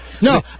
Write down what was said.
No